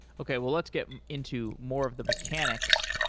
okay. well, let's get into more of the mechanics.